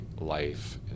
life